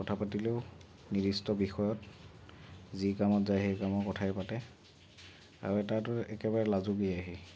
কথা পাতিলেও নিৰ্দিষ্ট বিষয়ত যি কামত যায় সেই কামৰ কথাই পাতে আৰু তাতো একেবাৰে লাজুকীয়াই সি